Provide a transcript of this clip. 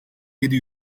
yedi